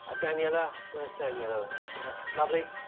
ah daniela where's daniela is with us, lovely.